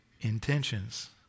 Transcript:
intentions